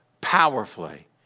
powerfully